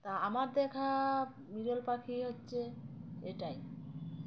তা আমার দেখা বিরল পাখি হচ্ছে এটাই